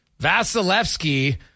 Vasilevsky